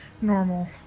normal